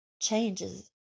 Changes